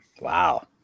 Wow